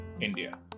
India